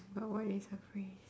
but what is a phrase